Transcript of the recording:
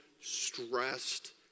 stressed